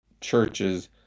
churches